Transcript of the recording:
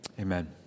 Amen